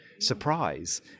surprise